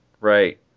Right